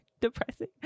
depressing